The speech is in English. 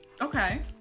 Okay